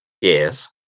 yes